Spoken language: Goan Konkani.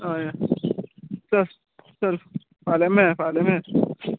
हय हय चल चल फाल्या मेळ फाल्यां मेळ